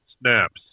snaps